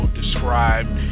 described